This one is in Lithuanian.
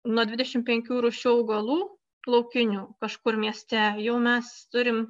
nuo dvidešimt penkių rūšių augalų laukinių kažkur mieste jau mes turim